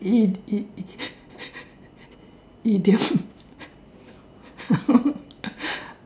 i~ i~ idiom